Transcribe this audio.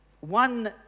one